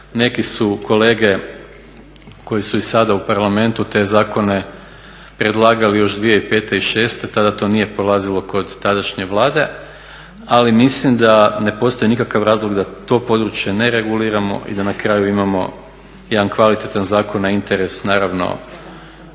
neki su kolege koji su i sada u Parlamentu te zakone predlagali još 2005. i 2006., tada to nije prolazilo kod tadašnje Vlade. Ali mislim da ne postoji nikakav razlog da to područje ne reguliramo i da na kraju imamo jedan kvalitetan zakon na interes naravno